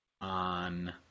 on